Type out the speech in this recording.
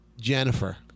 Jennifer